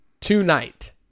Tonight